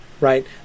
Right